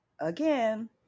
again